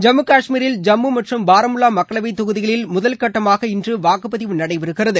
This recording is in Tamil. ஜம்மு காஷ்மீரில் ஜம்மு மற்றும் பாராமுல்லா மக்களவை தொகுதிகளில் முதல் கட்டமாக இன்று வாக்குப்பதிவு நடைபெறுகிறது